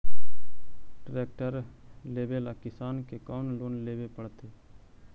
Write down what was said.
Tractor लेवेला किसान के कौन लोन लेवे पड़तई?